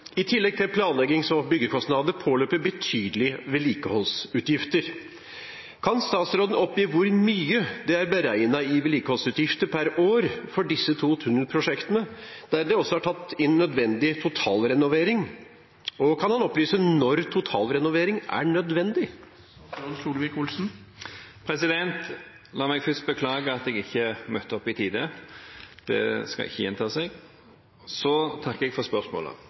I tillegg til planleggings- og byggekostnader påløper betydelige vedlikeholdsutgifter. Kan statsråden oppgi hvor mye det er beregnet i vedlikeholdsutgifter pr. år for disse to tunnelprosjektene, der det også er tatt inn nødvendig totalrenovering, og kan han opplyse når totalrenovering er nødvendig?» La meg først beklage at jeg ikke møtte opp i tide. Det skal ikke gjenta seg. Jeg takker for spørsmålet.